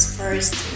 first